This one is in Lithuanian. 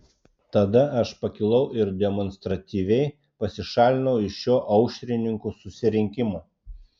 tada aš pakilau ir demonstratyviai pasišalinau iš šio aušrininkų susirinkimo